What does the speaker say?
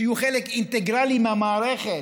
שיהיו חלק אינטגרלי מהמערכת,